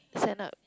sign up